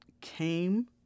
came